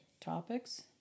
topics